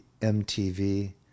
MTV